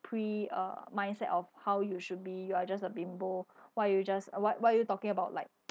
pre uh mindset of how you should be you are just a bimbo why you just what what are you talking about like